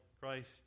Christ